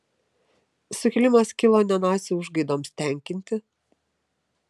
sukilimas kilo ne nacių užgaidoms tenkinti